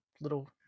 little